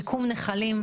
שיקום נחלים,